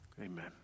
Amen